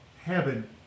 heaven